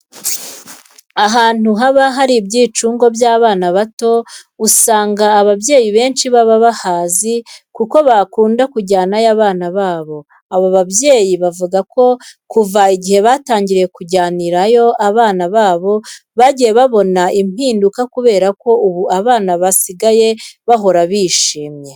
Ahantu haba hari ibyicungo by'abana bato usanga ababyeyi benshi baba bahazi kuko bakunda kujyanayo abana babo. Aba babyeyi bavuga ko kuva igihe batangiriye kujyanirayo abana babo, bagiye babona impinduka kubera ko ubu abo bana basigaye bahora bishimye.